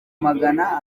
magana